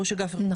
לא